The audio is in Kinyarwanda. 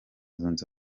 zunze